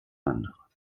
wanderer